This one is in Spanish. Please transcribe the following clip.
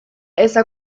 está